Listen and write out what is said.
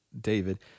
David